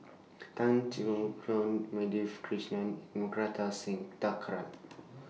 Tan Choon Keong Madhavi Krishnan and Kartar Singh Thakral